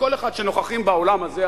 מכל אחד שנוכח באולם הזה,